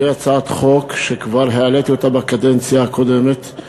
זאת הצעת חוק שכבר העליתי בקדנציה הקודמת,